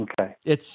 Okay